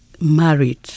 married